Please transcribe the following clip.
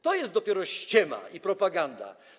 To jest dopiero ściema i propaganda.